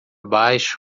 baixo